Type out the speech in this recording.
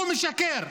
הוא משקר.